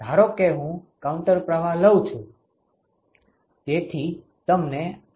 ધારો કે હું કાઉન્ટર પ્રવાહ લઉં છું